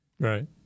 Right